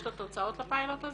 יש לך תוצאות לפיילוט הזה?